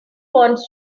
wants